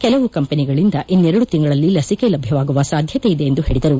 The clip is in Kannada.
ಕೆಲವು ಕಂಪೆನಿಗಳಿಂದ ಇನ್ನೆರಡು ತಿಂಗಳಲ್ಲಿ ಲಸಿಕೆ ಲಭ್ಯವಾಗುವ ಸಾಧ್ಯತೆಯಿದೆ ಎಂದು ಹೇಳಿದರು